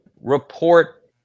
report